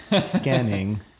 scanning